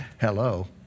Hello